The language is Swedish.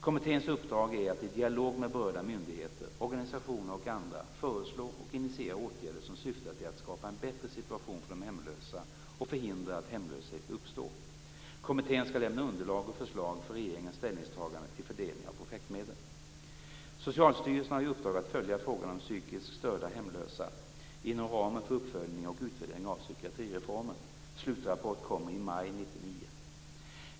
Kommitténs uppdrag är att i dialog med berörda myndigheter, organisationer och andra föreslå och initiera åtgärder som syftar till att skapa en bättre situation för de hemlösa och förhindra att hemlöshet uppstår. Kommittén skall lämna underlag och förslag för regeringens ställningstagande till fördelning av projektmedel. Socialstyrelsen har i uppdrag att följa frågan om psykiskt störda hemlösa inom ramen för uppföljning och utvärdering av psykiatrireformen. Slutrapport kommer i maj 1999.